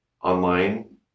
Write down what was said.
Online